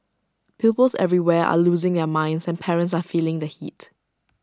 pupils everywhere are losing their minds and parents are feeling the heat